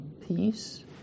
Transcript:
peace